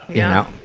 yeah.